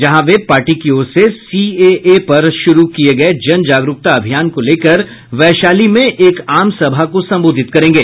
जहां वे पार्टी की ओर से सीएए पर शुरू किये गये जन जागरूकता अभियान को लेकर वैशाली में एक आम सभा को संबोधित करेंगे